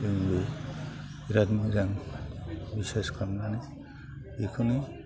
जोंबो बिराद मोजां बिसास खालामनानै बेखौनो